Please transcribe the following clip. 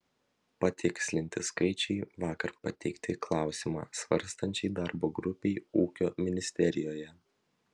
patikslinti skaičiai vakar pateikti klausimą svarstančiai darbo grupei ūkio ministerijoje